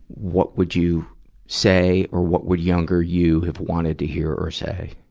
what would you say, or what would younger you have wanted to hear or say?